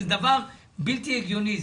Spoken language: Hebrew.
זה דבר בלתי הגיוני,